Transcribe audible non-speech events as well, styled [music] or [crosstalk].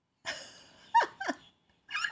[laughs]